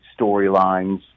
storylines